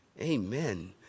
Amen